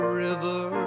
river